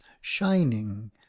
shining